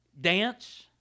dance